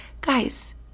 guys